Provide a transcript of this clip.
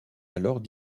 alors